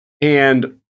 And-